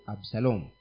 Absalom